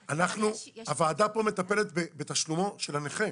הוועדה פה מטפלת בתשלומו של הנכה,